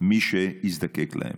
מי שיזדקק להם.